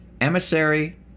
Emissary